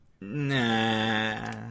Nah